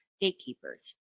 gatekeepers